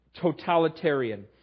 totalitarian